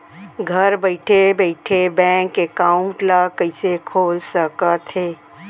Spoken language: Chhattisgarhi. घर बइठे बइठे बैंक एकाउंट ल कइसे खोल सकथे?